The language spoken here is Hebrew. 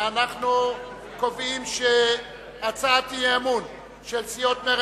אנחנו קובעים שהצעת האי-אמון של סיעות מרצ,